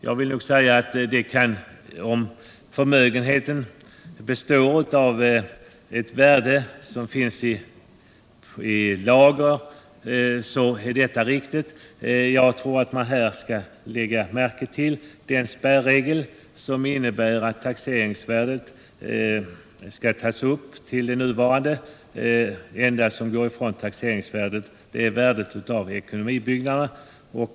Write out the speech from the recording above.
Jag vill till det nämna att om förmögenheten består av det värde som representeras av lager så är detta riktigt. Men man skall lägga märke till den spärregel som innebär att taxeringsvärdet skall tas upp till det nuvarande. Det enda undantaget är värdet av ekonomibyggnader.